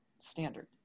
standard